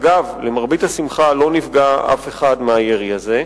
אגב, למרבה השמחה לא נפגע אף אחד מהירי הזה,